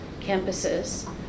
campuses